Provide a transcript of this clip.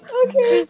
okay